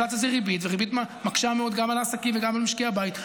אינפלציה זה ריבית וריבית מקשה מאוד גם על העסקים וגם על משקי הבית.